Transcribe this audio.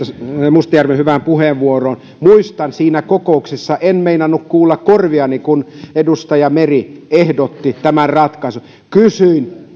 mustajärven hyvään puheenvuoroon muistan että siinä kokouksessa en meinannut uskoa korviani kun edustaja meri ehdotti tätä ratkaisua kysyin